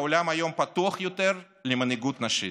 העולם היום פתוח יותר למנהיגות נשית.